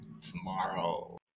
tomorrow